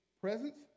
presence